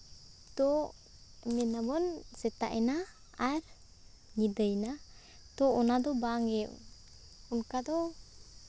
ᱛᱚ ᱢᱮᱱᱟᱵᱚᱱ ᱥᱮᱛᱟᱜ ᱮᱱᱟ ᱟᱨ ᱧᱤᱫᱟᱹᱭᱮᱱᱟ ᱛᱚ ᱚᱱᱟ ᱫᱚ ᱵᱟᱝ ᱦᱩᱭᱩᱜ ᱚᱱᱠᱟ ᱫᱚ